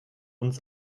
uns